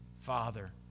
father